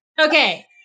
okay